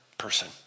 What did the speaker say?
person